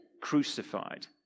crucified